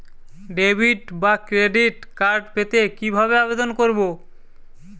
Debit বা credit card পেতে কি ভাবে আবেদন করব?